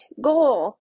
goal